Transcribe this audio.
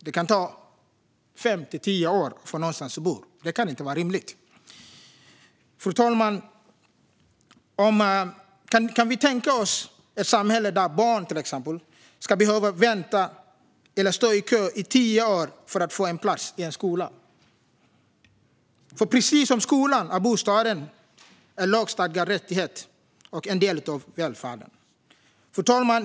Det kan ta fem till tio år att få någonstans att bo. Det kan inte vara rimligt. Kan vi tänka oss ett samhälle där till exempel barn ska behöva vänta eller stå i kö i tio år för att få en plats i en skola? För precis som skolan är bostaden en lagstadgad rättighet och en del av välfärden. Fru talman!